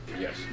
Yes